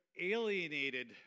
alienated